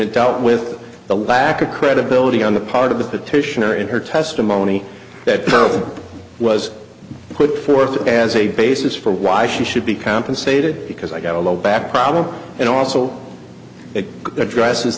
dealt with the lack of credibility on the part of the petitioner in her testimony that was put forth as a basis for why she should be compensated because i got a low back problem and also it addresses